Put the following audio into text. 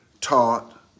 taught